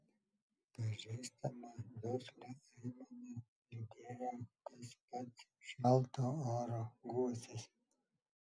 pažįstamą duslią aimaną lydėjo tas pats šalto oro gūsis